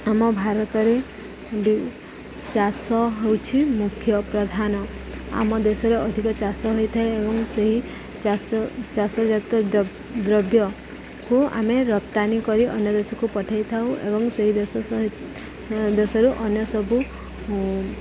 ଆମ ଭାରତରେ ଚାଷ ହଉଛି ମୁଖ୍ୟ ପ୍ରଧାନ ଆମ ଦେଶରେ ଅଧିକ ଚାଷ ହୋଇଥାଏ ଏବଂ ସେହି ଚାଷ ଚାଷ ଜାତୀୟ ଦ୍ରବ୍ୟକୁ ଆମେ ରପ୍ତାନି କରି ଅନ୍ୟ ଦେଶକୁ ପଠେଇଥାଉ ଏବଂ ସେହି ଦେଶ ସହି ଦେଶରୁ ଅନ୍ୟ ସବୁ